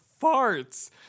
farts